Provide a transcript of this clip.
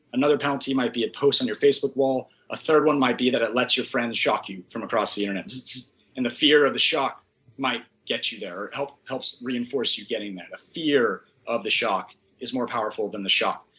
another penalty might be a post on your facebook wall, a third one might be that lets your friends shock you from across the internet and the fear of the shock might get you there, help help so reinforce you getting there. the fear of the shock is more powerful than the shock.